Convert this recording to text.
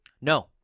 No